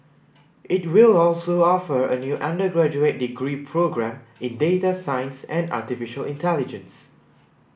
it will also offer a new undergraduate degree programme in data science and artificial intelligence